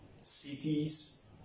cities